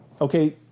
okay